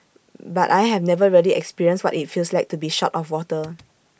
but I have never really experienced what IT feels like to be short of water